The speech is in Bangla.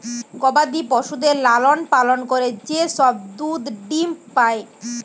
গবাদি পশুদের লালন পালন করে যে সব দুধ ডিম্ পাই